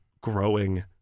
growing